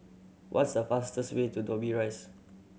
what's the fastest way to Dobbie Rise